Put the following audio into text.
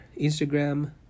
instagram